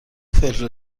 فلفل